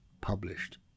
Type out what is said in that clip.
published